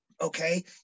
okay